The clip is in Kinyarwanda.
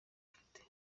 ufite